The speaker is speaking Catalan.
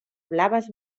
blaves